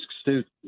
students